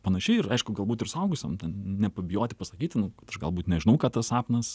panašiai ir aišku galbūt ir suaugusiam nepabijoti pasakyti nu aš galbūt nežinau ką tas sapnas